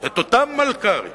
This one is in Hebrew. את אותם מלכ"רים